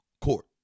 court